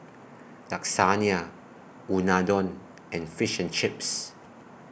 Lasagne Unadon and Fish and Chips